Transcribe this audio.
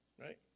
Right